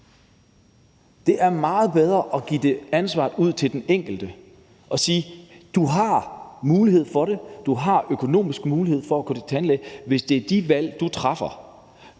Det er meget bedre at give ansvaret til den enkelte og sige: Du har mulighed for det; du har økonomisk set mulighed for at gå til tandlæge, hvis det er det valg, du træffer.